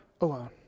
alone